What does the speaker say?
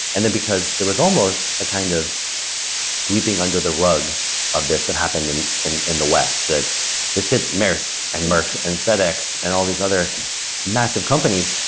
and then because there was almost a kind of sweeping under the rug of this that happened in in in the west, that this hit maersk and merck and fedex and all these other massive companies,